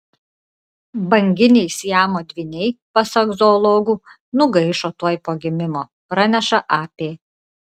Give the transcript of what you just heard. banginiai siamo dvyniai pasak zoologų nugaišo tuoj po gimimo praneša ap